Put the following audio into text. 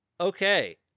Okay